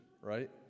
right